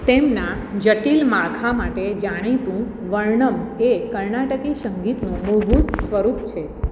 તેમના જટિલ માળખા માટે જાણીતું વર્ણમ એ કર્ણાટકી સંગીતનું મૂળભૂત સ્વરૂપ છે